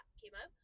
chemo